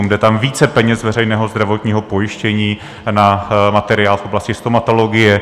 Jde tam více peněz z veřejného zdravotního pojištění na materiál v oblasti stomatologie.